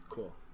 Cool